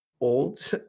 old